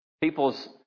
people's